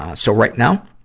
so right now,